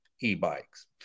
e-bikes